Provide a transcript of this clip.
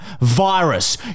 Virus